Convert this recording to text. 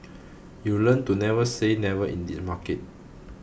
you learn to never say never in this market